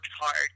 hard